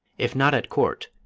if not at court,